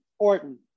important